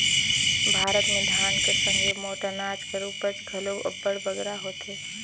भारत में धान कर संघे मोट अनाज कर उपज घलो अब्बड़ बगरा होथे